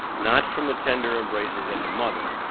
not from the tender embraces of the mother,